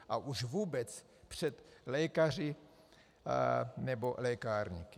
A už vůbec před lékaři nebo lékárníky.